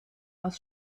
aus